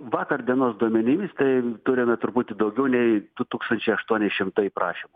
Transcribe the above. vakar dienos duomenimis tai turime truputį daugiau nei du tūkstančiai aštuoni šimtai prašymų